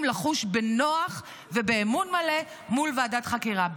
לחוש בנוח ובאמון מלא מול ועדת חקירה.